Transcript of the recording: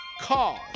cause